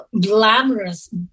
glamorous